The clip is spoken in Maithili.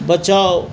बचाउ